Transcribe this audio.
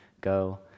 Go